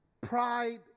pride